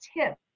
tips